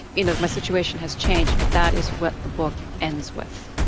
you know my situation has changed but that is what the book ends with.